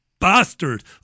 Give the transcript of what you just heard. Bastard